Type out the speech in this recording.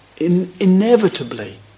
inevitably